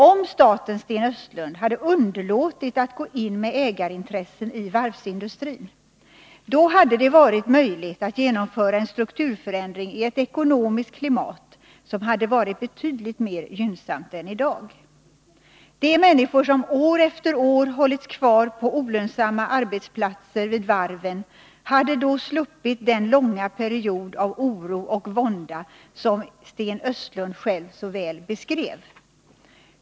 Om staten, Sten Östlund, hade underlåtit att gå in med ägarintressen i varvsindustrin hade det varit möjligt att genomföra en strukturförändring i ett betydligt mer gynnsamt ekonomiskt klimat än det vi har i dag. De människor som år efter år hållits kvar på olönsamma arbetsplatser vid varven hade då sluppit den långa period av oro och vånda som Sten Östlund själv så väl beskrev.